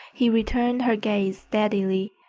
he returned her gaze steadily,